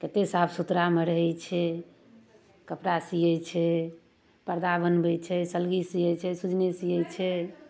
कतेक साफ सुथरामे रहै छै कपड़ा सियै छै पर्दा बनबै छै सलगी सियै छै सुजनी सियै छै